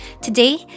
Today